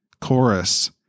chorus